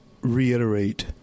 reiterate